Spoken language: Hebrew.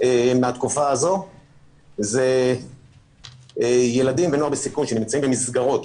מהתקופה הזו היא ילדים ונוער בסיכון שנמצאים במסגרות